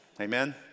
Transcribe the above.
Amen